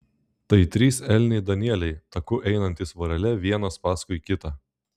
tai trys elniai danieliai taku einantys vorele vienas paskui kitą